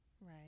Right